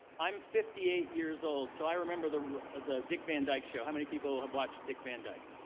i'm fifty eight years old, so i remember the the dick van dyke show. how many people have watched dick van dyke?